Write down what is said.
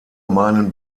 meinen